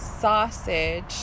sausage